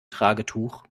tragetuch